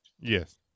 Yes